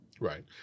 Right